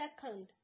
Second